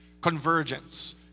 convergence